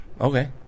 okay